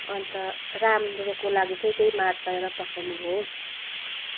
अन्त राम्रोको लागि चाहिँ त्यही माड तारेर पकाउनु हो